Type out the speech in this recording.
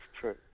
true